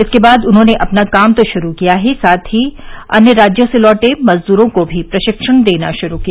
इसके बाद उन्होंने अपना काम तो शुरू किया ही साथ में अन्य राज्यों से लौटे मजदूरों को भी प्रशिक्षण देना शुरू किया